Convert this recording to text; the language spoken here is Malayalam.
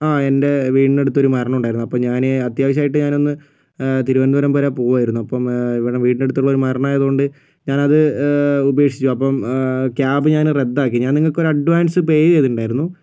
ആ എൻറെ വീടിനടുത്ത് ഒരു മരണം ഉണ്ടായിരുന്നു അപ്പോൾ ഞാൻ അത്യാവശ്യമായി ഞാനൊന്ന് തിരുവനന്തപുരം വരെ പോവുകയായിരുന്നു അപ്പം വീടിനടുത്തുള്ള ഒരു മരണം ആയതുകൊണ്ട് ഞാനത് ഉപേക്ഷിച്ചു അപ്പം ക്യാബ് ഞാൻ റദ്ദാക്കി ഞാൻ നിങ്ങൾക്കൊരു അഡ്വാൻസ് പേ ചെയ്തിട്ടുണ്ടായിരുന്നു